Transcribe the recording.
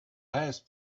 highest